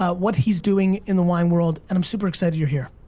ah what he's doing in the wine world, and i'm super excited you're here.